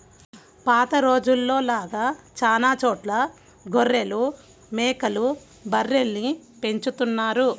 పాత రోజుల్లో లాగా చానా చోట్ల గొర్రెలు, మేకలు, బర్రెల్ని పెంచుతున్నారు